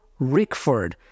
Rickford